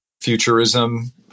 futurism